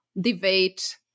debate